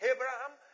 Abraham